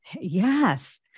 yes